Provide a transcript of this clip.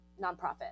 nonprofit